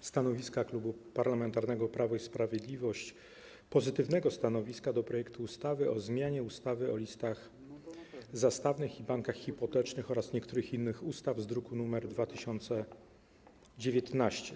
stanowisko Klubu Parlamentarnego Prawo i Sprawiedliwość - stanowisko pozytywne - wobec projektu ustawy o zmianie ustawy o listach zastawnych i bankach hipotecznych oraz niektórych innych ustaw, druk nr 2019.